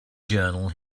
journal